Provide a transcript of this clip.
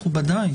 מכובדיי,